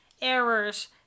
errors